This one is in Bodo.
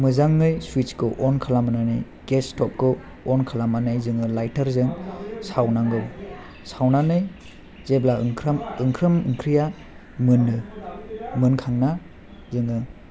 मोजाङै सुइटसखौ अन खालामनानै गेस स्टपखौ अन खालामनानै जोङो लाइटारजों सावनांगौ सावनानै जेब्ला ओंखाम ओंख्रिया मोनो मोनखांना जोङो